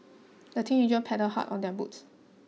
the teenagers paddled hard on their boat